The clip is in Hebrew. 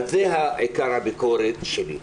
על זה עיקר הביקורת שלי.